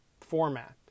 format